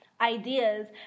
ideas